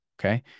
Okay